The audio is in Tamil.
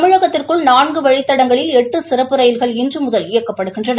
தமிழகத்திற்குள் நான்கு வழித்தடங்களில் எட்டு சிறப்பு ரயில்கள் இன்று முதல் இயக்கப்படுகின்றள